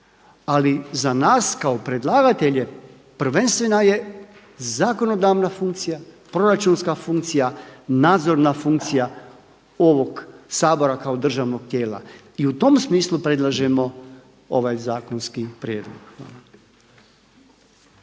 ali za nas kao predlagatelje prvenstvena je zakonodavna funkcija, proračunska funkcija, nadzorna funkcija ovog Sabora kao državnog tijela i u tom smislu predlažemo ovaj zakonski prijedlog.